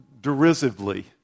derisively